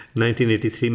1983